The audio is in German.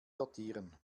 sortieren